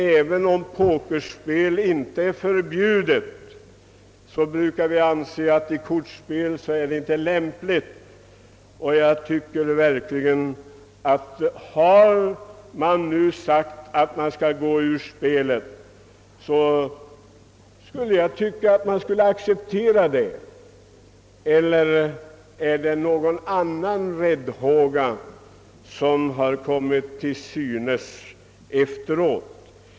även om pokerspel inte är förbjudet brukar det anses mindre lämpligt i fråga om kortspel. Jag tycker verkligen att när man nu har sagt att man inte skall delta, detta också skall tas på allvar eller har det tillkommit någon räddhåga efteråt?